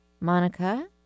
Monica